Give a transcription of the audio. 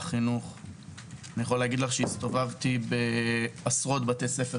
הסתובבתי בעשרות בתי ספר,